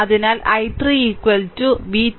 അതിനാൽ i3 v2 v 310